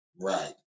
Right